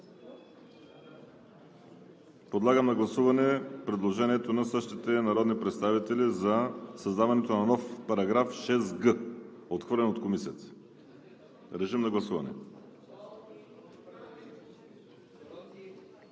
Подлагам на гласуване предложението на същите народни представители за създаването на нов § 6б, отхвърлено от Комисията. Гласували